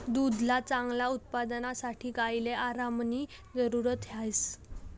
दुधना चांगला उत्पादनसाठे गायले आरामनी जरुरत ह्रास